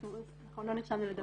נכון, לא נרשמנו לדבר.